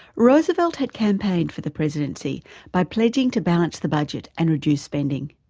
roosevelt had campaigned for the presidency by pledging to balance the budget and reduce spending.